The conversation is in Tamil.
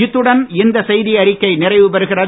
இத்துடன் இந்த செய்தியறிக்கை நிறைவுபெறுகிறது